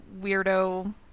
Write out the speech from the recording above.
weirdo